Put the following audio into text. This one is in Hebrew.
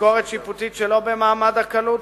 ביקורת שיפוטית שלא במעמד הכלוא,